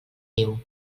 niu